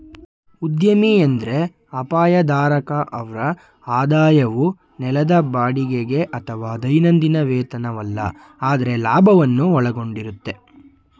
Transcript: ಉದ್ಯಮಿ ಎಂದ್ರೆ ಅಪಾಯ ಧಾರಕ ಅವ್ರ ಆದಾಯವು ನೆಲದ ಬಾಡಿಗೆಗೆ ಅಥವಾ ದೈನಂದಿನ ವೇತನವಲ್ಲ ಆದ್ರೆ ಲಾಭವನ್ನು ಒಳಗೊಂಡಿರುತ್ತೆ